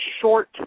short